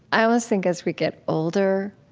i almost think, as we get older,